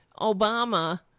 Obama